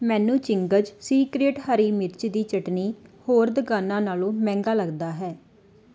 ਮੈਨੂੰ Ching's Secret ਹਰੀ ਮਿਰਚ ਦੀ ਚਟਣੀ ਹੋਰ ਦੁਕਾਨਾਂ ਨਾਲੋਂ ਮਹਿੰਗਾ ਲੱਗਦਾ ਹੈ